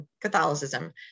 Catholicism